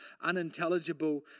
unintelligible